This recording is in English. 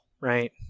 right